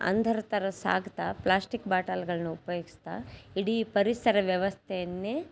ಅಂಧರ ಥರ ಸಾಗ್ತಾ ಪ್ಲ್ಯಾಸ್ಟಿಕ್ ಬಾಟಲ್ಗಳ್ನ ಉಪಯೋಗಿಸ್ತಾ ಇಡೀ ಪರಿಸರ ವ್ಯವಸ್ಥೆಯನ್ನೇ